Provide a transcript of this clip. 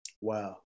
Wow